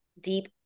deep